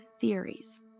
theories